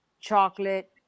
chocolate